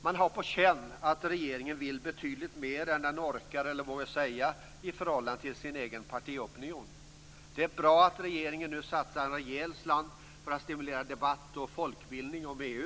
Man har på känn att regeringen vill betydligt mer än den orkar eller vågar säga i förhållande till sin egen partiopinion. Det är bra att regeringen nu satsar en rejäl slant för att stimulera debatt och folkbildning om EU.